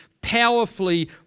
powerfully